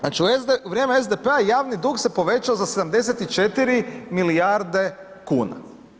Znači, u vrijeme SDP-a javni dug se povećao za 74 milijarde kuna.